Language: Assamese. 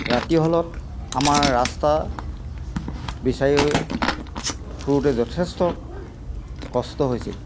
ৰাতি হ'লত আমাৰ ৰাস্তা বিচাৰি ফুৰোঁতে যথেষ্ট কষ্ট হৈছিল